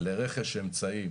לרכש אמצעים